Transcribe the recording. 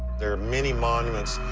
there are many monuments,